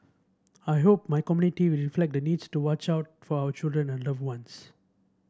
I hope my community will reflect the need to watch out for our children and loved ones